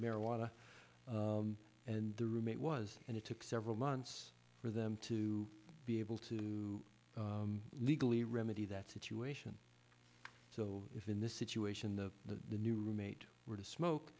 marijuana and the roommate was and it took several months for them to be able to legally remedy that situation so if in the situation of the new roommate were to smoke